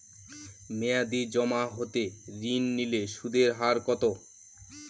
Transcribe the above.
মেয়াদী জমা হতে ঋণ নিলে সুদের হার কত?